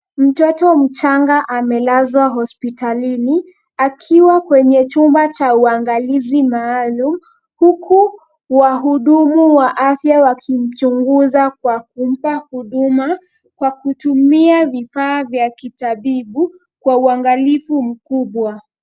Mtoto mchanga amelazwa hospitalini, akiwa kwenye chumba cha uangalizi maalum huku wahudumu wa afya wakimchunguza kwa kumpa huduma kwa kutumia vifaa vya kitabibu kwa uangalifu mkubwa.